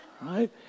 Right